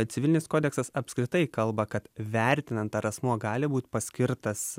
civilinis kodeksas apskritai kalba kad vertinant ar asmuo gali būt paskirtas